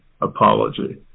apology